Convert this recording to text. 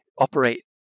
operate